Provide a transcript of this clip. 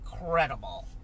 incredible